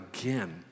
again